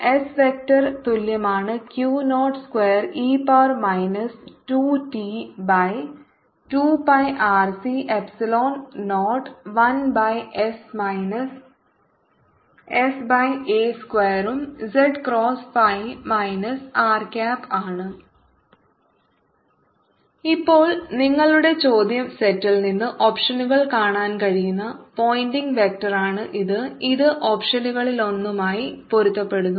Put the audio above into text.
s vector തുല്യമാണ് Q naught square e power minus 2 T by 2 P R C epsilon naught 1 by S minus S by A square ഉം z cross phi minus R cap ആണ് S10 EB E Q0e tRCa20 z S Q02e 2tRC2πRC a20 1s sa2 z S Q02e 2tRC2πRC a201s sa2 r ഇപ്പോൾ നിങ്ങളുടെ ചോദ്യ സെറ്റിൽ നിന്ന് ഓപ്ഷനുകൾ കാണാൻ കഴിയുന്ന പോയിന്റിംഗ് വെക്റ്ററാണ് ഇത് ഇത് ഓപ്ഷനുകളിലൊന്നുമായി പൊരുത്തപ്പെടുന്നു